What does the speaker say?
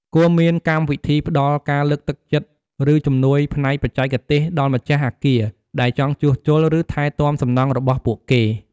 គួរមានកម្មវិធីផ្តល់ការលើកទឹកចិត្ត ឬជំនួយផ្នែកបច្ចេកទេសដល់ម្ចាស់អគារដែលចង់ជួសជុល ឬថែទាំសំណង់របស់ពួកគេ។